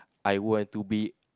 I were to be